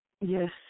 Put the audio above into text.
Yes